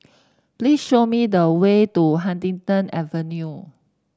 please show me the way to Huddington Avenue